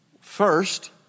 First